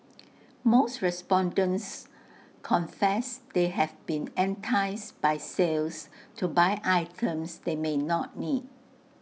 most respondents confess they have been enticed by sales to buy items they may not need